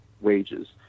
wages